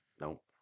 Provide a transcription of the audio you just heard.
Nope